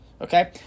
okay